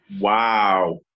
Wow